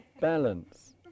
balance